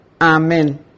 Amen